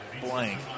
blank